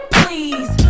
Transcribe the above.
please